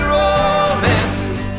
romances